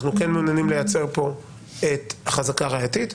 אנחנו כן מעוניינים לייצר כאן את החזקה הראייתית.